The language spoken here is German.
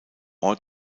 ort